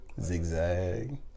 zigzag